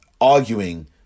arguing